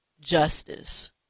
justice